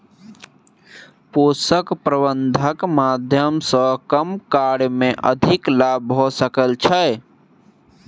पोषक प्रबंधनक माध्यम सॅ कम कार्य मे अधिक लाभ भ सकै छै